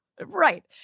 Right